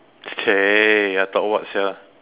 !chey! I thought what sia